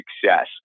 success